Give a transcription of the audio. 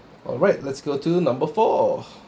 alright let's go to number four